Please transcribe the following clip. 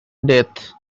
death